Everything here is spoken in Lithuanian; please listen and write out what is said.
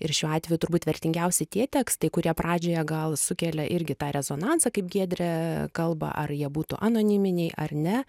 ir šiuo atveju turbūt vertingiausi tie tekstai kurie pradžioje gal sukelia irgi tą rezonansą kaip giedrė kalba ar jie būtų anoniminiai ar ne